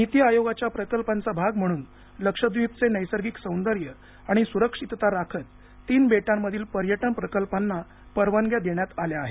नीती आयोगाच्या प्रकल्पांचा भाग म्हणून लक्षद्वीपचं नैसर्गिक सौंदर्य आणि सुरक्षितता राखत तीन बेटांमधील पर्यटन प्रकल्पांना परवानग्या देण्यात आल्या आहेत